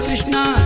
Krishna